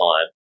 time